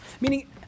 Meaning